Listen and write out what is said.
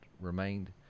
remained